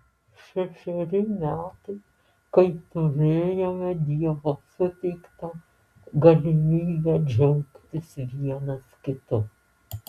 šešeri metai kai turėjome dievo suteiktą galimybę džiaugtis vienas kitu